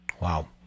Wow